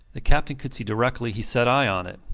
the captain could see directly he set eye on it.